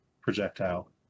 projectile